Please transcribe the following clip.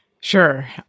Sure